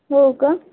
हो का